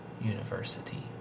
university